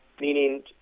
meaning